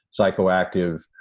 psychoactive